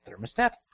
thermostat